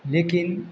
लेकिन